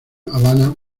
habana